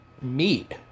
meat